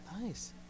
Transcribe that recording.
Nice